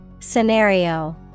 Scenario